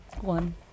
One